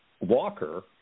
Walker